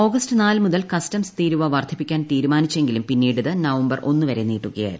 August നാല് മുതൽ customs തീരുവ വർധിപ്പിക്കാൻ തീരുമാനിച്ചെങ്കിലും പിന്നീട് ഇത് നവംബർ ഒന്നു വരെ നീട്ടുകയായിരുന്നു